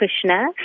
Krishna